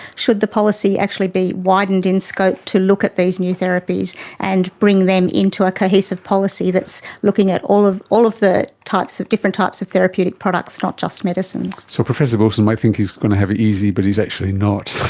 should the policy actually be widened in scope to look at these new therapies and bring them into a cohesive policy that's looking at all of the the types of, different types of therapeutic products, not just medicines. so professor wilson might think he's going to have it easy but he's actually not.